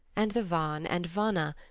and the van and vana,